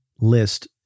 list